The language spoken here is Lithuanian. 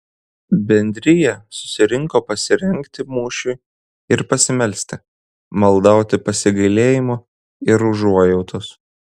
bendrija susirinko pasirengti mūšiui ir pasimelsti maldauti pasigailėjimo ir užuojautos